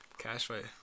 Cashway